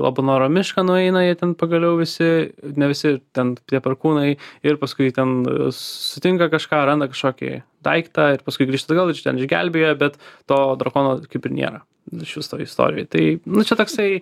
labanoro mišką nueina jie ten pagaliau visi ne visi ten tie perkūnai ir paskui ten sutinka kažką randa kažkokį daiktą ir paskui grįžta atgal iš ten išgelbėja bet to drakono kaip ir nėra nu išvis toj istorijoj tai nu čia toksai